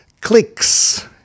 Clicks